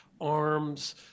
arms